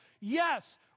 Yes